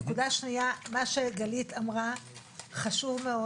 הנקודה השנייה, מה שגלית אמרה חשוב מאוד.